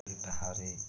ବିବାହରେ